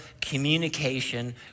communication